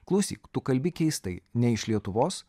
klausyk tu kalbi keistai ne iš lietuvos